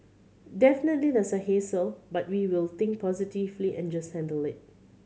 definitely there's a hassle but we will think positively and just handle it